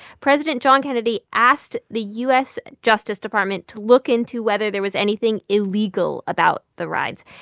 president john kennedy asked the u s. justice department to look into whether there was anything illegal about the rides.